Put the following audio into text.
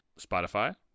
Spotify